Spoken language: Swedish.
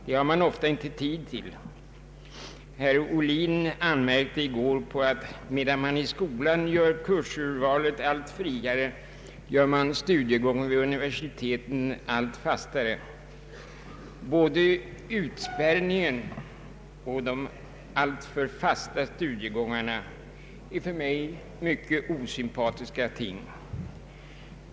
Det har man ofta inte tid till. Herr Ohlin anmärkte i går på att medan man i skolan gör kursvalet allt friare, gör man studiegången vid universiteten allt fastare. fasta studiegångarna är för mig mycket osympatiska ting.